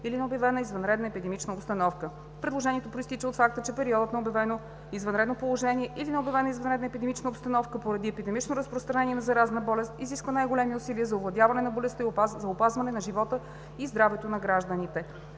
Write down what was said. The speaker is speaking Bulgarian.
или на обявена извънредна епидемична обстановка. Предложението произтича от факта, че периодът на обявено извънредно положение или на обявена извънредна епидемична обстановка поради епидемично разпространение на заразна болест изисква най-големи усилия за овладяване на болестта и за опазване живота и здравето на гражданите.